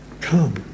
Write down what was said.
Come